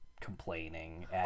Complaining